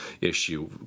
issue